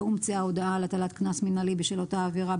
הומצאה הודעה על הטלת קנס מינהלי בשל אותה עבירה,